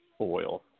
oil